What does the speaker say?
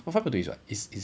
five point two is what is is